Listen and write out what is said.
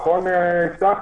יפתח,